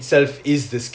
ya